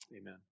amen